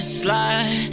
slide